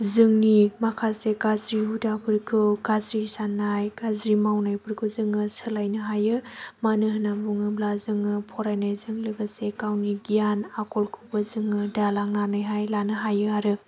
जोंनि माखासे गाज्रि हुदाफोरखौ गाज्रि साननाय गाज्रि मावनायफोरखौ जोङो सोलायनो हायो मानो होननानै बुङोब्ला जोङो फरायनायजों लोगोसे गावनि गियान आखलखौबो जोङो दालांनानैहाय लानो हायो आरो